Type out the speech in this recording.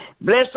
Bless